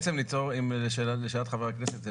לשאלת חבר הכנסת,